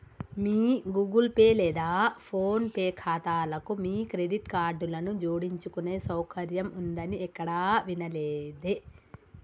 మీ Google Pay లేదా PhonePe ఖాతాలకు మీ క్రెడిట్ కార్డులను జోడించుకునే సౌకర్యం ఉందని ఎక్కడా వినలేదే